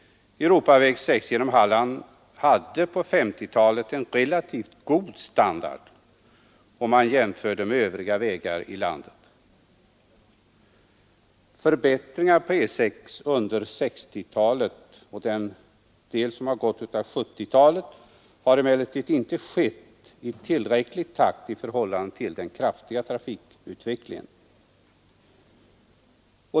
Förbättringarna på E6 under 1960-talet och den del som har gått av 1970-talet har emellertid inte skett i tillräckligt snabb takt i förhållande till den kraftiga trafikutvecklingen.